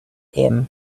him